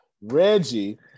Reggie